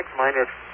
minus